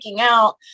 out